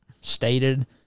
stated